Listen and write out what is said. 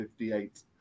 58